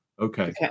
Okay